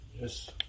Yes